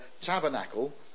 tabernacle